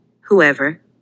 Whoever